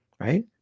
right